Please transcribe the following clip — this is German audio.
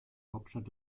hauptstadt